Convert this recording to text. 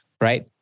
right